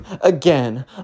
again